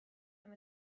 and